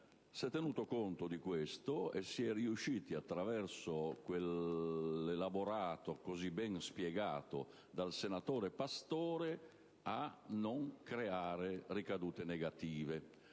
Si è tenuto conto di questa problematica e si è riusciti, attraverso il testo così ben spiegato dal senatore Pastore, a non creare ricadute negative.